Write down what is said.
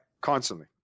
Constantly